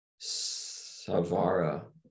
Savara